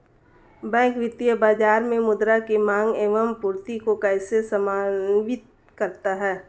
Bank वित्तीय बाजार में मुद्रा की माँग एवं पूर्ति को कैसे समन्वित करता है?